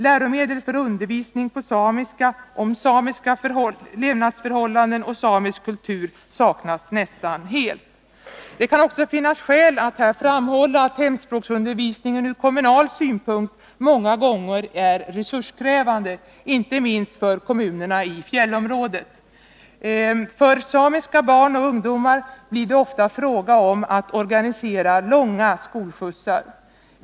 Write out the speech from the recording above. Läromedel för undervisning på samiska om samiska levnadsförhållanden och samisk kultur saknas nästan helt. Det kan också finnas skäl att framhålla att hemspråksundervisningen från kommunal synpunkt många gånger är resurskrävande, inte minst för kommunerna i fjällområdet. För samiska barn och ungdomar blir det ofta fråga om att organisera långa skolskjutsar.